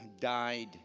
died